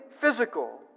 physical